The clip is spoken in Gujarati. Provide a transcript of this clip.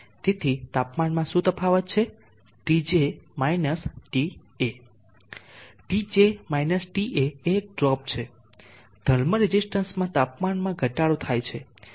તેથી તાપમાનમાં શું તફાવત છે Tj Ta Tj Ta એ એક ડ્રોપ છે દરેક થર્મલ રેઝીસ્ટન્સમાં તાપમાનમાં ઘટાડો થાય છે